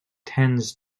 tends